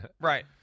Right